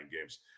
games